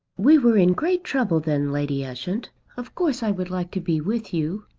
we were in great trouble then, lady ushant. of course i would like to be with you.